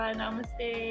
namaste